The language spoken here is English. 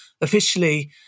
officially